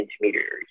intermediaries